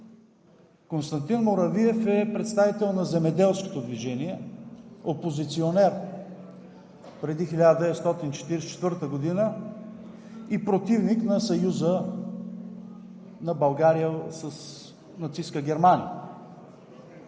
Константин Муравиев е представител на Земеделското движение, опозиционер преди 1944 г. и противник на съюза на България с нацистка Германия.